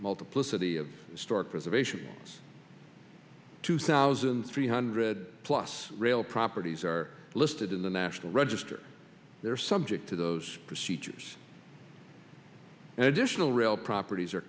multiplicity of stark reservations two thousand three hundred plus rail properties are listed in the national register they're subject to those procedures and additional rail properties are